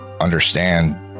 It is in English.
understand